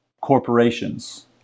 corporations